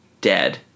Dead